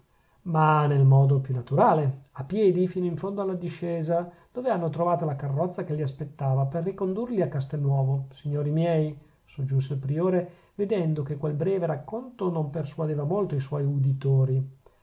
ma nel modo più naturale a piedi fino al fondo della discesa dove hanno trovata la carrozza che li aspettava per ricondurli a castelnuovo signori miei soggiunse il priore vedendo che quel breve racconto non persuadeva molto i suoi uditori